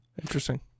Interesting